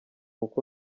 uko